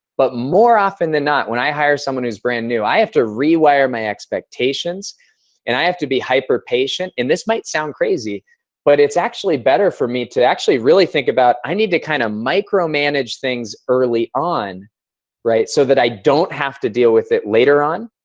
but more often than not, when i hire someone that's brand new, i have to rewire my expectations and i have to be hyper patient and this might sound crazy but it's actually better for me to actually really think about i need to kind of micro-manage things early on so that i don't have to deal with it later on.